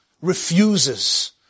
refuses